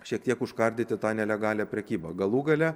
šiek tiek užkardyti tą nelegalią prekybą galų gale